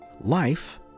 life